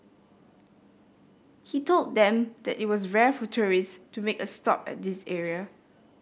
he told them that it was rare for tourist to make a stop at this area